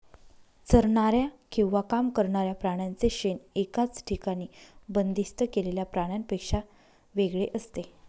चरणाऱ्या किंवा काम करणाऱ्या प्राण्यांचे शेण एकाच ठिकाणी बंदिस्त केलेल्या प्राण्यांपेक्षा वेगळे असते